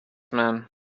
man